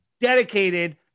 dedicated